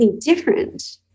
different